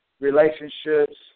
relationships